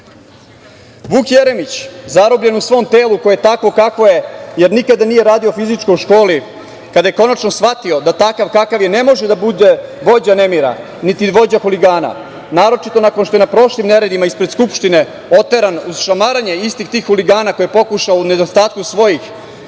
Jeremić zarobljen u svom telu koje je takvo kakvo jer nikada nije radio fizičko u školi, kada je konačno shvatio da takav kakav je ne može da bude vođa nemira, niti vođa huligana, naročito nakon što je na prošlim neredima ispred Skupštine oteran uz šamaranje istih tih huligana koje je pokušao u nedostatku svojih